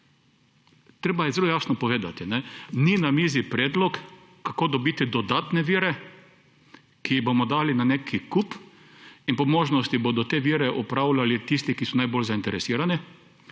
Treba je zelo jasno povedati, ni na mizi predlog kako dobiti dodatne vire, ki jih bomo dali na neki kup in po možnosti bodo te vire upravljali tisti, ki so najbolj zainteresirani,